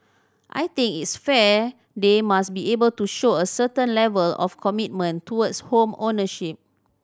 I think it's fair they must be able to show a certain level of commitment towards home ownership